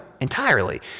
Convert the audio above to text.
entirely